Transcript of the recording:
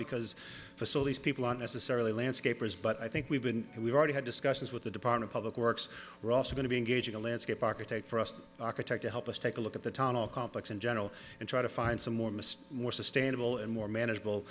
because facilities people aren't necessarily landscapers but i think we've been we've already had discussions with the department public works we're also going to be engaging a landscape architect for us to architect to help us take a look at the tunnel complex in general and try to find some more mr more sustainable and more manageable